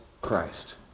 Christ